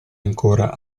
ancora